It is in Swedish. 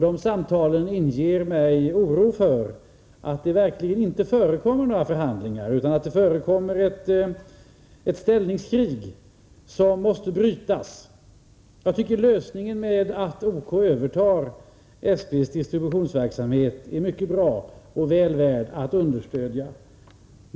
De samtalen inger mig oro för att det verkligen inte förekommer några förhandlingar utan ett ställningskrig, som måste brytas. Lösningen att OK övertar SP:s distributionsverksamhet är mycket bra och väl värd att understödja.